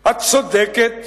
הצודקת,